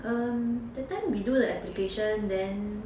um that time we do the application then